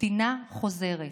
"קטינה חוזרת".